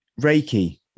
reiki